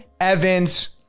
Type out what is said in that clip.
Evans